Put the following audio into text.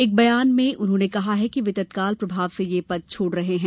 एक बयान में उन्होंने कहा है कि वे तत्काल प्रभाव से यह पद छोड़ रहे हैं